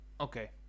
Okay